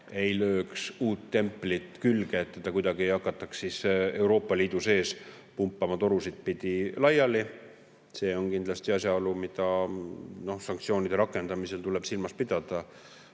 ei lööks uut templit külge, et teda ei hakataks kuidagi Euroopa Liidu sees torusid pidi laiali pumpama. See on kindlasti asjaolu, mida sanktsioonide rakendamisel tuleb silmas pidada.